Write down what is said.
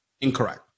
incorrect